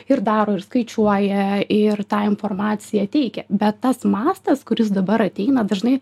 ir daro ir skaičiuoja ir tą informaciją teikia bet tas mastas kuris dabar ateina dažnai